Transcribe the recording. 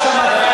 מה שאתם רוצים,